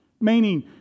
Meaning